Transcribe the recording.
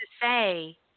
say